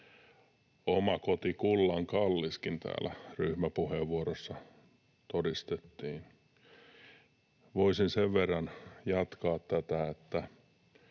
”oma koti kullan kalliskin” täällä ryhmäpuheenvuorossa todistettiin. Voisin sen verran jatkaa tätä, että